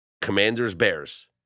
Commanders-Bears